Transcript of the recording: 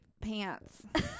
pants